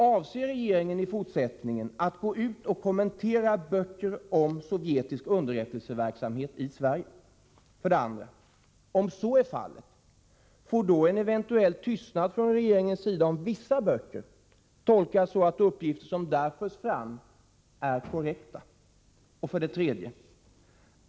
Avser regeringen i fortsättningen att gå ut och kommentera böcker om sovjetisk underrättelseverksamhet i Sverige? 2. Om så är fallet, får då en eventuell tystnad från regeringens sida om vissa böcker tolkas så att uppgifter som där förs fram är korrekta? 3.